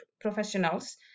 professionals